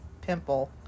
pimple